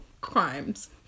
crimes